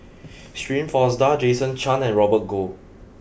Shirin Fozdar Jason Chan and Robert Goh